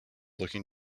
looking